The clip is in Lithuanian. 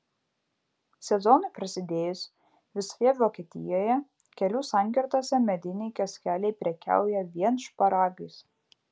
sezonui prasidėjus visoje vokietijoje kelių sankirtose mediniai kioskeliai prekiauja vien šparagais